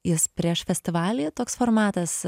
jis prieš festivalį toks formatas